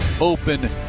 open